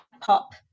pop